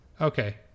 Okay